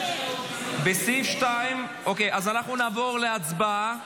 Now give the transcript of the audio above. אז אנחנו נעבור להצבעה.